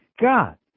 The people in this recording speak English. God